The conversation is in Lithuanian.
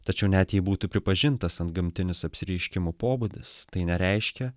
tačiau net jei būtų pripažintas antgamtinis apsireiškimų pobūdis tai nereiškia